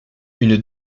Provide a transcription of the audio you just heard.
une